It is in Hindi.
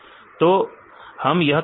तो हम यह कैसे करें